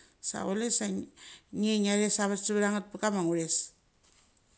A sa chule nge ngia se savet sa va nget. Pakama authes.